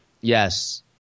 Yes